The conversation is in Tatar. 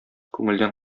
күңелдән